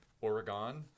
Oregon